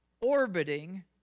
orbiting